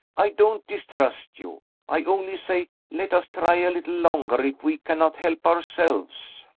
i don't distrust you i only say, let us try a little longer if we cannot help ourselves.